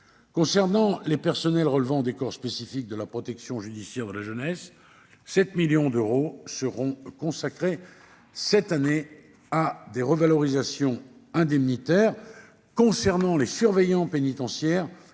Concernant les personnels relevant des corps spécifiques de la protection judiciaire de la jeunesse, 7 millions d'euros seront consacrés cette année à des revalorisations indemnitaires. Nous achevons en